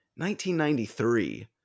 1993